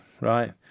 right